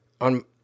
on